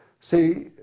see